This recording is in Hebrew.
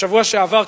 בשבוע שעבר,